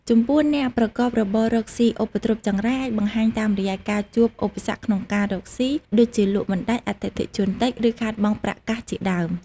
ចំពោះអ្នកប្រកបរបររកស៊ី ឧបទ្រពចង្រៃអាចបង្ហាញតាមរយៈការជួបឧបសគ្គក្នុងការរកស៊ី ដូចជាលក់មិនដាច់ អតិថិជនតិច ឬខាតបង់ប្រាក់កាសជាដើម។